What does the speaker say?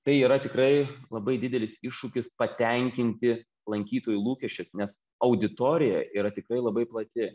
tai yra tikrai labai didelis iššūkis patenkinti lankytojų lūkesčius nes auditorija yra tikrai labai plati